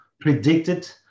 predicted